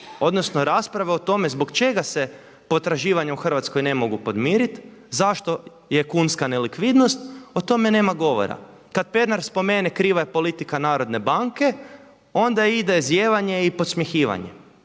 odnosno rasprave o tome zbog čega se potraživanja u Hrvatskoj ne mogu podmiriti, zašto je kunska nelikvidnost, o tome nema govora. Kada Pernar spomene kriva je politika Narodne banke onda ide zijevanje i podsmjehivanje.